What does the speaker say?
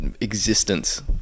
existence